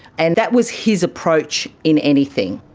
and that was his approach in anything.